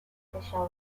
special